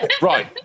Right